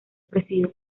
presidido